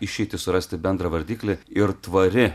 išeitį surasti bendrą vardiklį ir tvari